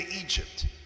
Egypt